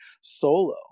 solo